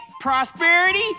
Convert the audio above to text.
Prosperity